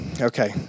Okay